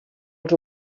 els